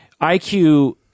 IQ